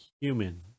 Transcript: human